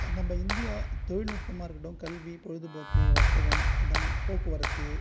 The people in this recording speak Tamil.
நம்ம இந்தியா தொழில் நுட்பமாக இருக்கட்டும் கல்வி பொழுதுபோக்கு வர்த்தகம் இந்த போக்குவரத்து